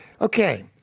Okay